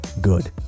good